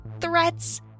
threats